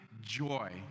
joy